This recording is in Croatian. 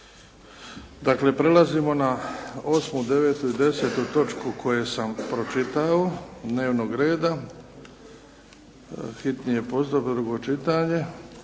Dakle, prelazimo na 8., 9. i 10 točku koje sam pročitao dnevnog reda. - Konačni prijedlog